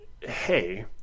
hey